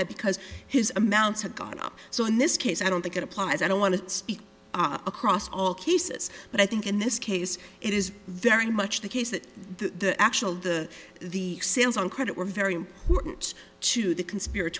that because his amounts had gone up so in this case i don't think it applies i don't want to speak across all cases but i think in this case it is very much the case that the actual the the on credit we're very important to the conspira